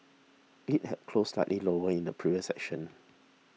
it had closed slightly lower in the previous session